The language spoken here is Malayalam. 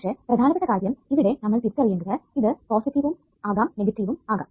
പക്ഷെ പ്രധാനപ്പെട്ട കാര്യം ഇവിടെ നമ്മൾ തിരിച്ചറിയേണ്ടത് ഇത് പോസിറ്റീവും ആകാം നെഗറ്റീവും ആകാം